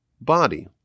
body